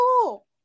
cool